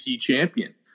champion